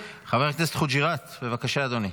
חבר הכנסת חוג'יראת, בבקשה, אדוני.